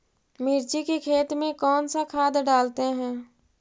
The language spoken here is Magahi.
मिर्ची के खेत में कौन सा खाद डालते हैं?